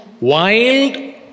wild